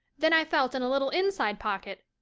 then i felt in a little inside pocket.